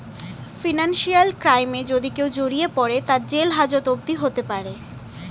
financial ক্রাইমে যদি কেও জড়িয়ে পরে, তার জেল হাজত অবদি হতে পারে